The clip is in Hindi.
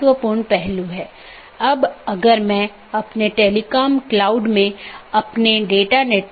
नेटवर्क लेयर रीचैबिलिटी की जानकारी की एक अवधारणा है